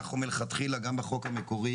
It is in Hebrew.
הצעת החוק שלפניכם מתקנת את חוק התוכנית הכלכלית